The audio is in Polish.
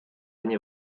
nie